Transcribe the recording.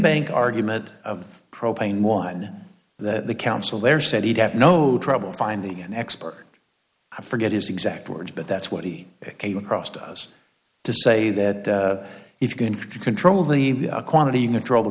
bank argument of the propane one that the counsel there said he'd have no trouble finding an expert i forget his exact words but that's what he came across to us to say that if you can control the quantity you control the